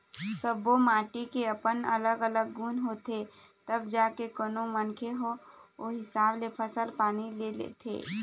सब्बो माटी के अपन अलग अलग गुन होथे तब जाके कोनो मनखे ओ हिसाब ले फसल पानी ल लेथे